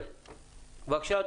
בבקשה.